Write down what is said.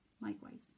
Likewise